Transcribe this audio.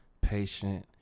Patient